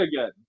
again